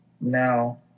now